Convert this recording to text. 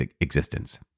existence